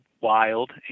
wild